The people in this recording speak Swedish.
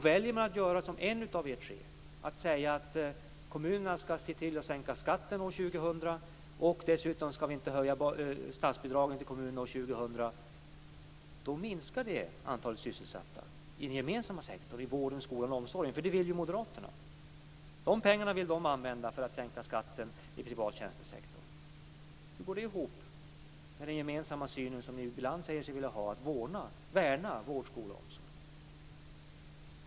Väljer man att göra som en av er tre föreslår, att säga att kommunerna skall se till att sänka skatten år 2000, och dessutom skall vi inte höja statsbidragen till kommunerna år 2000, minskar det antalet sysselsatta i den gemensamma sektorn, i vården, skolan och omsorgen. Det vill ju moderaterna. De pengarna vill de använda för att sänka skatten i privattjänstesektorn. Hur går det ihop med den gemensamma syn som ni ibland säger er vilja ha på att värna vård, skola och omsorg?